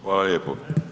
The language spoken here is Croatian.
Hvala lijepo.